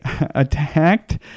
attacked